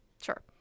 Sure